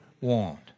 want